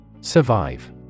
Survive